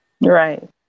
right